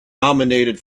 nominated